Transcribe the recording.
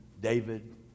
David